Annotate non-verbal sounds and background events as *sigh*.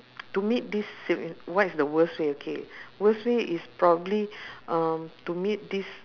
*noise* to meet this sig~ what's the worst way okay worst way is probably uh to meet this